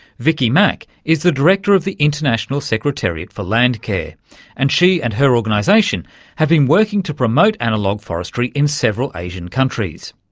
vicky mack is the director of the international secretariat for landcare, and she and her organisation have been working to promote analogue forestry in several asian countries.